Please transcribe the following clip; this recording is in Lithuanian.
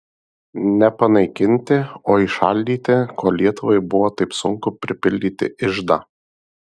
ne panaikinti o įšaldyti kol lietuvai buvo taip sunku pripildyti iždą